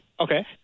Okay